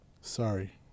sorry